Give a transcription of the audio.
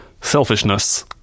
selfishness